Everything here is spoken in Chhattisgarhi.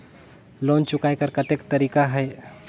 लोन चुकाय कर कतेक तरीका है?